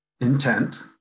intent